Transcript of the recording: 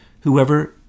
whoever